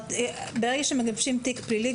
ברגע שמגבשים תיק פלילי,